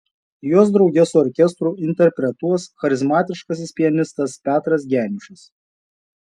juos drauge su orkestru interpretuos charizmatiškasis pianistas petras geniušas